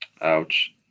Ouch